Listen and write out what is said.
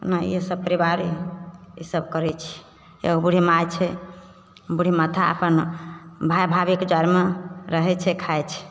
ओनाहिए सब परिवार ईसब करै छिए एगो बूढ़ माइ छै बूढ़ी माता अपन भाइ भाभीके जरमे रहै छै खाइ छै